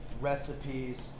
recipes